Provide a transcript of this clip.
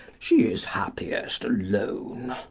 she is happiest alone.